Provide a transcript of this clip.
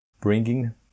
Bringing